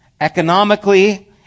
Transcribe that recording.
economically